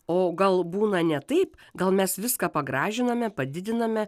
o gal būna ne taip gal mes viską pagražiname padidiname